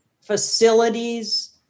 facilities